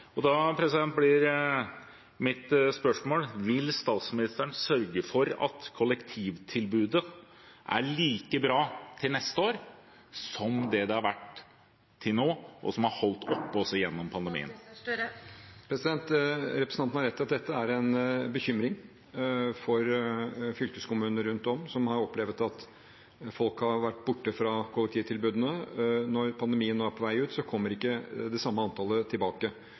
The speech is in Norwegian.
Da blir mitt spørsmål: Vil statsministeren sørge for at kollektivtilbudet er like bra til neste år som det det har vært til nå, og som er holdt oppe også gjennom pandemien? Representanten har rett i at dette er en bekymring for fylkeskommunene rundt om, som har opplevd at folk har vært borte fra kollektivtilbudene, og at når pandemien nå er på retur, kommer ikke det samme antallet tilbake.